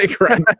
right